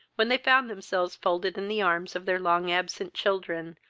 when they found themselves folded in the arms of their long absent children,